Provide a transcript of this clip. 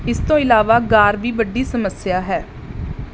ਇਸ ਤੋਂ ਇਲਾਵਾ ਗਾਰ ਵੀ ਵੱਡੀ ਸਮੱਸਿਆ ਹੈ